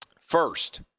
First